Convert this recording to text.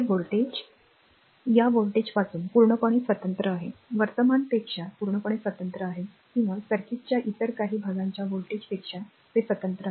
voltage या voltage पासून पूर्णपणे स्वतंत्र आहे वर्तमान पेक्षा पूर्णपणे स्वतंत्र आहे किंवा सर्किटच्या इतर काही भागांच्या व्होल्टेजपेक्षा ते स्वतंत्र आहे